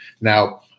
Now